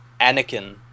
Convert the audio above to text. Anakin